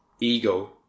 ego